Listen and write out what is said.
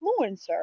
influencer